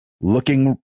looking